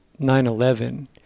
9-11